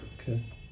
Okay